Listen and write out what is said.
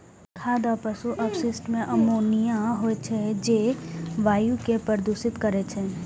खाद आ पशु अवशिष्ट मे अमोनिया होइ छै, जे वायु कें प्रदूषित करै छै